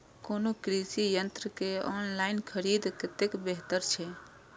कोनो कृषि यंत्र के ऑनलाइन खरीद कतेक बेहतर छै?